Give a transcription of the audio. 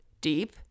deep